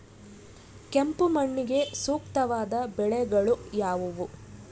ಕೆಂಪು ಮಣ್ಣಿಗೆ ಸೂಕ್ತವಾದ ಬೆಳೆಗಳು ಯಾವುವು?